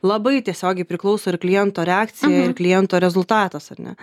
labai tiesiogiai priklauso ir kliento reakcija ir kliento rezultatas ar ne